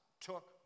took